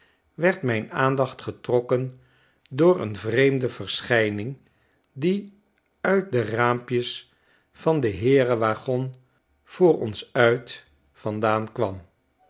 werd mijn aandacht getrokken door een vreemde verschijning die uit de raampjes van den heerenwaggon voor ons uit vandaankwam